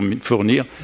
fournir